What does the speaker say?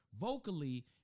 Vocally